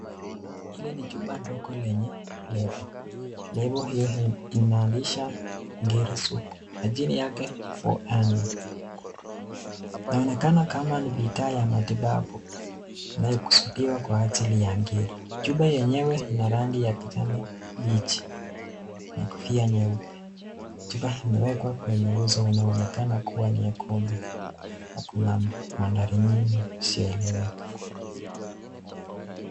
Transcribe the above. Hili ni chupa ndogo lenye lebo, lebo hilo linamaanisha ngiri sugu na chini yake ni for hernia , naonekana kama bidhaa za matibabu yanayokusudiwa kwa ajili ya ngiri, chupa yenyewe ina rangi ya kijani mbichi na kofia nyeupe, chupa imewekwa kwenye uso unaoonekana kuwa nyekundu na kuna madhari mingi isiyoeleweka.